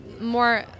more